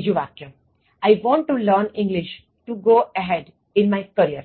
ત્રીજું વાક્ય I want to learn English to go ahead in my career